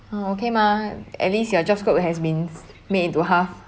oh okay mah at least your job scope has been made into half